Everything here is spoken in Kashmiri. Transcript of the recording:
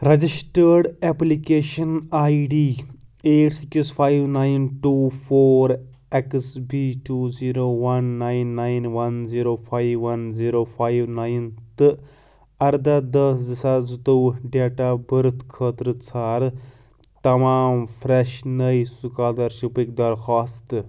registered application I D eight six five nine two four X B two zero one nine nine one zero five one zero five nine تہٕ اَرداہ دہ زٕ ساس زٕتووُہ ڈیٹ آف بٔرٕتھ خٲطرٕ ژھارٕ تمام فرٛٮ۪ش نٔے سُکالرشِپٕکۍ درخواستہٕ